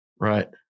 Right